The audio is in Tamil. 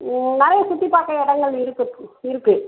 நிறைய சுற்றிப் பார்க்க இடங்கள் இருக்கும் இருக்குது